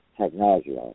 Technology